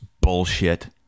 bullshit